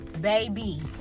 Baby